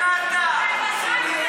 למטה.